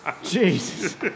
Jesus